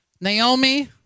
Naomi